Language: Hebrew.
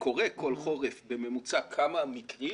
וקורה כל חורף בממוצע כמה מקרים,